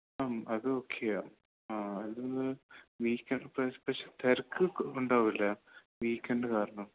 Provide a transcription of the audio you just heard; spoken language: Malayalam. ആ അത് ഓക്കെയാ ആ അത് പക്ഷെ തിരക്ക് ഉണ്ടാവില്ലേ വീക്കെൻഡ് കാരണം